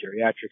geriatrics